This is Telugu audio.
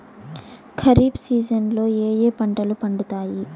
ఖరీఫ్ సీజన్లలో ఏ ఏ పంటలు పండుతాయి